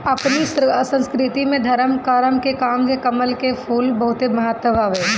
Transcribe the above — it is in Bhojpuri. अपनी संस्कृति में धरम करम के काम में कमल के फूल के बहुते महत्व हवे